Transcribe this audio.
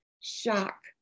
shock